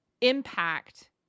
impact